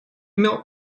имел